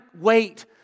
wait